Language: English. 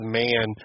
man